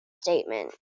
statement